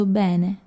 bene